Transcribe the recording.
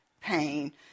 pain